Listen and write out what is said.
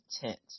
tent